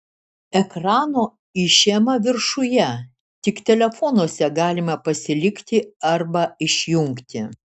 ekrano išėma viršuje tik telefonuose galima pasilikti arba išjungti